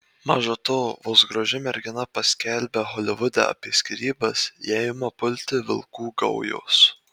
maža to vos graži mergina paskelbia holivude apie skyrybas ją ima pulti vilkų gaujos